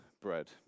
bread